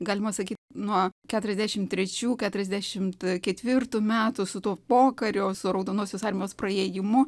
galima sakyti nuo keturiasdešimt trečių keturiasdešimt ketvirtų metų su tuo pokariu su raudonosios armijos praėjimu